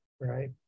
right